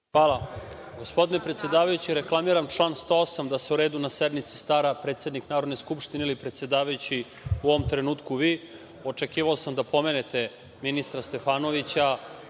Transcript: Gospodine predsedavajući, reklamiram član 108. da se o redu na sednici stara predsednik Narodne skupštine ili predsedavajući, u ovom trenutku vi. Očekivao sam da pomenete ministra Stefanovića